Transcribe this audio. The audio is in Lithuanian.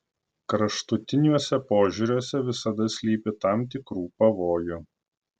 kraštutiniuose požiūriuose visada slypi tam tikrų pavojų